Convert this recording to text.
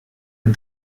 did